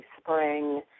spring